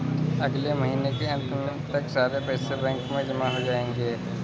अगले महीने के अंत तक सारे पैसे बैंक में जमा हो जायेंगे